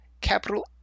capital